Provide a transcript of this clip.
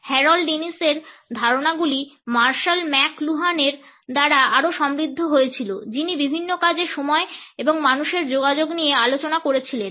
Harold ইনিসের ধারণাগুলি Marshall ম্যাক লুহানের দ্বারা আরও সমৃদ্ধ হয়েছিল যিনি বিভিন্ন কাজে সময় এবং মানুষের যোগাযোগ নিয়ে আলোচনা করেছিলেন